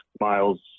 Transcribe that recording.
miles